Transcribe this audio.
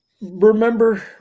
remember